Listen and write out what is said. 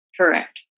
Correct